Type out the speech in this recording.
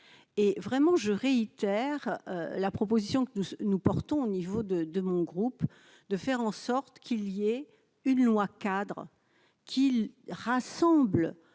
et vraiment je réitère la proposition que nous nous portons au niveau de de mon groupe, de faire en sorte qu'il y ait une loi cadre qui rassemble